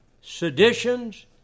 seditions